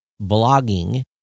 blogging